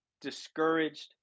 discouraged